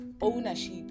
ownership